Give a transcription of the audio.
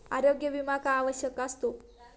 आरोग्य विमा का आवश्यक असतो?